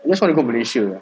I just want to go malaysia